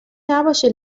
نباشه